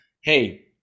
Hey